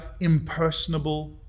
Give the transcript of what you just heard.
impersonable